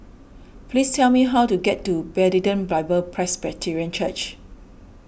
please tell me how to get to Bethlehem Bible Presbyterian Church